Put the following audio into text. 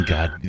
God